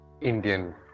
Indian